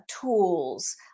tools